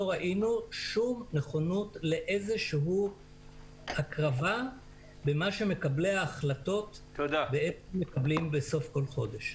ראינו שום נכונות לאיזו הקרבה במה שמקבלי ההחלטות מקבלים בסוף כל חודש.